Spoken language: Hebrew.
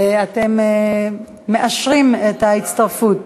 אתם מאשרים את ההצטרפות,